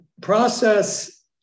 process